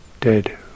dead